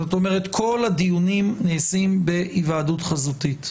זאת אומרת, כל הדיונים נעשים בהיוועדות חזותית.